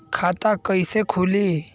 खाता कईसे खुली?